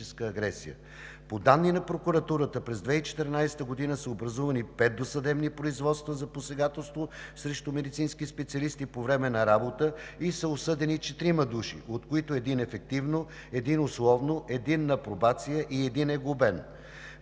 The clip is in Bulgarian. По данни на прокуратурата през 2014 г. са образувани пет досъдебни производства за посегателство срещу медицински специалисти по време на работа и са осъдени четирима души, от които: един – ефективно, един – условно, един – на пробация, и един е глобен.